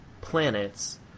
planets